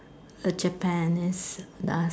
the Japanese